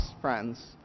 friends